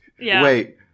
Wait